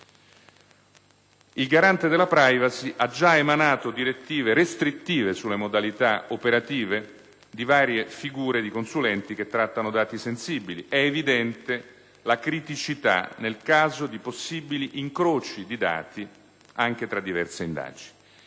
Il Garante della *privacy* ha già emanato direttive restrittive sulle modalità operative di varie figure di consulenti che trattano dato sensibili. È evidente la criticità nel caso di possibili incroci di dati anche tra diverse indagini.